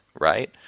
right